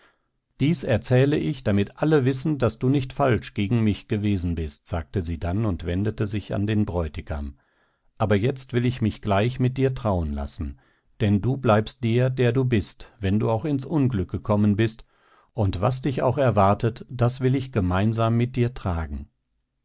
dies erzähle ich damit alle wissen daß du nicht falsch gegen mich gewesen bist sagte sie dann und wendete sich an den bräutigam aber jetzt will ich mich gleich mit dir trauen lassen denn du bleibst der der du bist wenn du auch ins unglück gekommen bist und was dich auch erwartet das will ich gemeinsam mit dir tragen